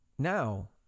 Now